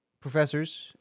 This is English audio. professors